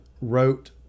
wrote